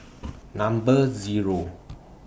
Number Zero